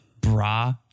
bra